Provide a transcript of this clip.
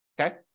okay